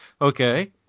Okay